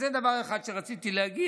אז זה דבר אחד שרציתי להגיד.